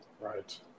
Right